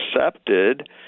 accepted